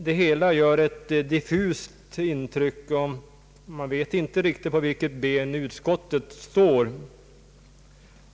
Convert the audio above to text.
Det hela gör ett diffust intryck, och man vet inte riktigt på vilket ben utskottet står.